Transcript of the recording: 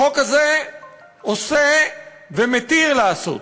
החוק הזה עושה ומתיר לעשות